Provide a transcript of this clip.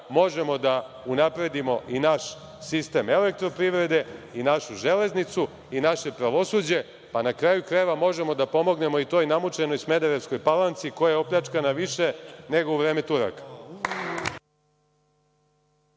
možemo da unapredimo i naš sistem elektroprivrede i našu železnicu i naše pravosuđe, pa na kraju krajeva možemo da pomognemo i toj namučenoj Smederevskoj Palanci koja je opljačkana više nego u vreme Turaka.